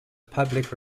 public